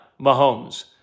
Mahomes